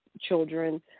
children